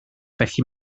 felly